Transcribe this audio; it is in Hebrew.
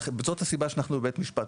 זאת הסיבה שאנחנו בבית משפט.